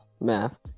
math